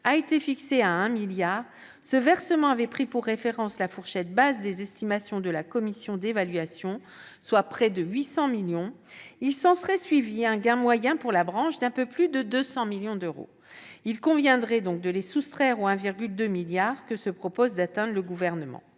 a été fixé à 1 milliard d'euros, ce versement avait pris pour référence la fourchette basse des estimations de la commission d'évaluation, soit près de 800 millions d'euros, il s'en serait suivi un gain moyen pour la branche d'un peu plus de 200 millions d'euros. Il conviendrait de les soustraire au 1,2 milliard que se propose d'atteindre le Gouvernement.